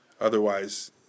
Otherwise